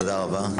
תודה רבה.